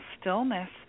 stillness